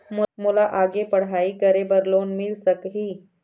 मोला आगे पढ़ई करे बर लोन मिल सकही?